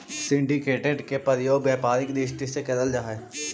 syndicated के प्रयोग व्यापारिक दृष्टि से करल जा हई